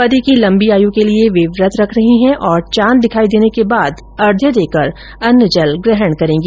पति की लम्बी आयु के लिए वे व्रत रखेंगी और चांद दिखाई देने के बाद अर्ध्य देकर अन्न जल ग्रहण करेंगी